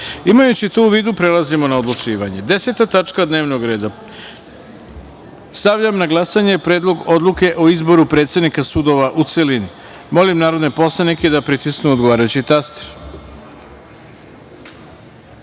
to u vidu, prelazimo na odlučivanje. Deseta tačka dnevnog reda – Stavljam na glasanje Predlog odluke o izboru predsednika sudova, u celini. Molim narodne poslanike da pritisnu odgovarajući